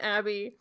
Abby